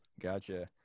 Gotcha